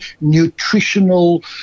nutritional